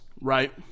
Right